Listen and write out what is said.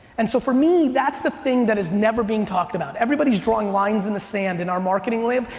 and so for me, that's the thing that is never being talked about. everybody's drawing lines in the sand, and our marketing limb,